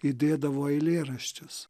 įdėdavo eilėraščius